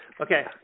Okay